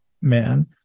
man